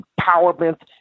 empowerment